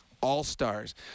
all-stars